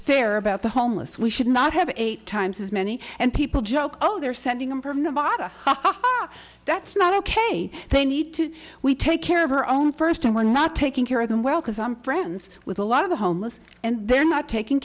fair about the homeless we should not have eight times as many and people joke oh they're sending them from nevada that's not ok they need to we take care of her own first and we're not taking care of them well because i'm friends with a lot of the homeless and they're not taking